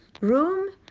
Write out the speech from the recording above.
room